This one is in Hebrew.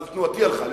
אבל תנועתי הלכה לשם,